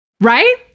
Right